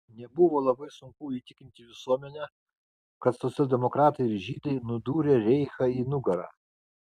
nebuvo labai sunku įtikinti visuomenę kad socialdemokratai ir žydai nudūrė reichą į nugarą